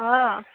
অঁ